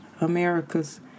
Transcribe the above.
America's